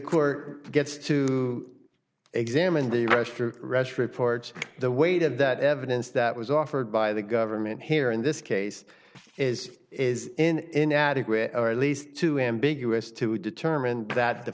court gets to examine the rush to rest reports the weight of that evidence that was offered by the government here in this case is is in inadequate or at least too ambiguous to determine that t